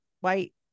white